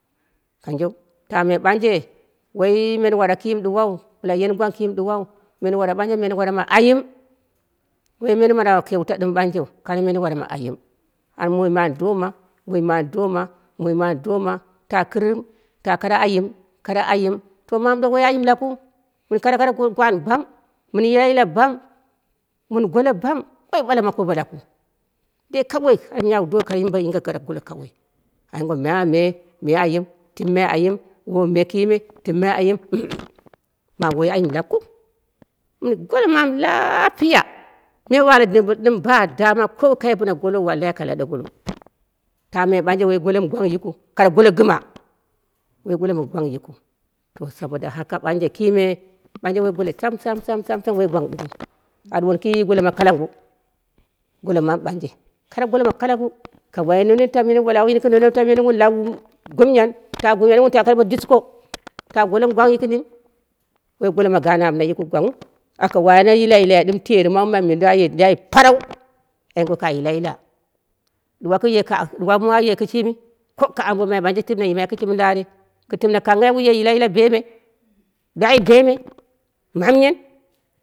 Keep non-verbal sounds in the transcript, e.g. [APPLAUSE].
Kanjeu tame ɓanje woi menwara ki mɨ ɗuwau bɨla yani gwang ki mɨ ɗuwaiu, menwara ma keuta dɨmɨu kare menwara ma ayim, ai muuime an doma muuime an doma muuime an doma, ta kɨrɨ, ta kare ayim, kare ayim to mamu ɗuwa woi ayim lakiu mɨn kai goro kwan bam, mɨn yila yila bam, mɨn golo bam woi ɓala ma kobo lakɨu, dei kawai miya wu dowu wu yinge golo kawoi, ana ma ne me ayim tɨmne ayim ɓomai kime timne ayim [HESITATION] mam woin ayim lakɨu ye golo mamu lapiya. Kare ware dɨmbɨl ɗɨm ba dama ko woi kai bɨna golou aka lade golo, ta miya ɓanje woi golo mɨ gwang yikɨu kare golo gɨma, woi golo mɨ gwang yikɨu. To saboda haka ɓanje kime ɓanje wu ɓale sam sam sam woi golo yikɨu. A ɗuwoni kɨ golo ma kalangu golo mawu ɓanje kare golo ma kalangu. Ka wai nonin tamyen wu ɓale au yini gɨn nonin tambyenyiu wuu lau gumyan, ta gumyanii wun tawu kare golo ma dishko, ta golo mɨ gwangru kɨmau noi golo mɨ gaan amma yiki gwangwun aka wai ana yila yilai ɗɨm tarɨmawu mamyenii aye layi parau ai ngwa ka yila yila ɗuwa kuye ka ɗuwa mɨ ye kɨshimi ko ka ambomai kɨ tɨmne ye kɨshire, kɨ tɨmne kanghai wuye yila yila bemei layi bemei demei.